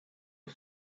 are